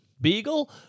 Beagle